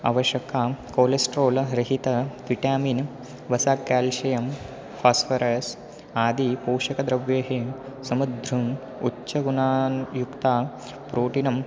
अवश्यकाः कोलेस्ट्रोल रहित विटामिन् वसात् केल्शियम् फ़ास्फ़रस् आदि पोषकद्रव्येः समग्रम् उच्चगुणान् युक्ता प्रोटिनं